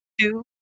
Two